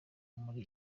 muri